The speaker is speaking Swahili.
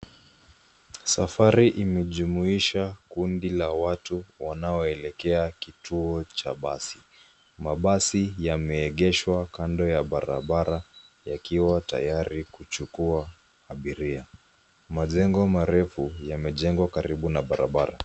Safari imejumiisha kundi la watu wanao elekea kituo cha basi. Mabasi yameegeshwa kando ya barabara yakiwa tayari kuchukua abiria. Majengo marefu yamejengwa karibu na barabara.